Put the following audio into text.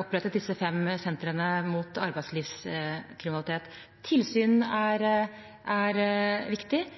opprettet disse fem sentrene mot arbeidslivskriminalitet. Tilsyn er viktig. Varsling er viktig.